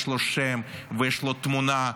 יש לו שם ויש לו תמונה,